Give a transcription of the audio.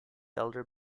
elder